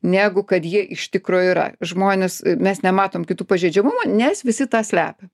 negu kad jie iš tikro yra žmonės mes nematom kitų pažeidžiamumo nes visi tą slepia